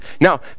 Now